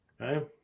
Okay